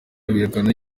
akabihakana